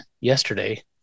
yesterday